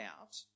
out